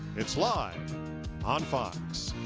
it's live on fox.